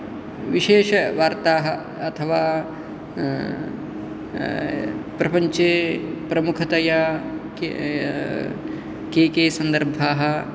विशेषवार्ताः अथवा प्रपञ्चे प्रमुखतया के के के सन्दर्भाः